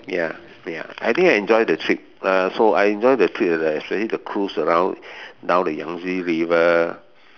ya ya I think I enjoy the trip uh so I enjoy the trip especially the cruise around down the Yangtze river